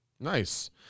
Nice